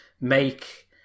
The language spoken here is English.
make